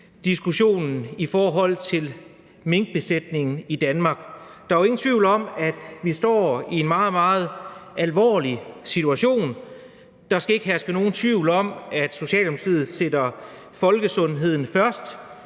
covid-19-situationen i forhold til minkbesætninger i Danmark. Der er jo ingen tvivl om, at vi står i en meget, meget alvorlig situation, og der skal ikke herske nogen tvivl om, at Socialdemokratiet sætter folkesundheden først.